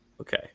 okay